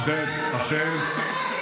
אכן, אכן.